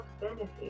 benefits